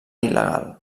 il·legal